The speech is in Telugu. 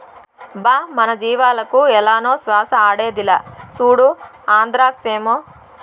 బా మన జీవాలకు ఏలనో శ్వాస ఆడేదిలా, సూడు ఆంద్రాక్సేమో